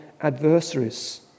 adversaries